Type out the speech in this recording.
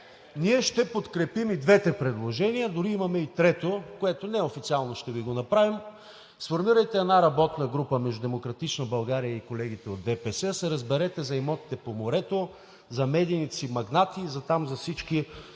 Ние ще подкрепим и двете предложения, дори имаме и трето, което ще Ви го направим неофициално – сформирайте една работна група между „Демократична България“ и колегите от ДПС и се разберете за имотите по морето, за медийните си магнати, там за всички